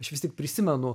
aš vis tik prisimenu